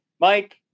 Mike